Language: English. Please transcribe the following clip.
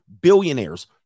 billionaires